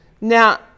Now